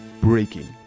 breaking